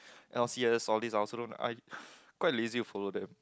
L_C_S all these I also don't I quite lazy to follow them